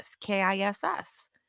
K-I-S-S